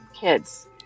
kids